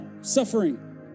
suffering